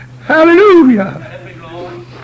Hallelujah